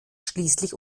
schließlich